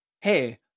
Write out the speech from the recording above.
Hey